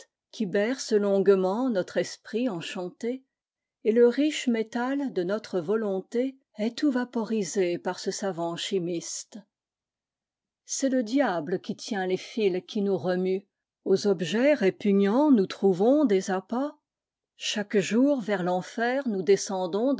trismégistequi berce longuement notre esprit enchanté et le riche métal de notre volontéest tout vaporisé par ce savant chimiste c est le diable qui tient les fils qui nous remuent aux objets répugnants nous trouvons des appas chaque jour vers l'enfer nous descendons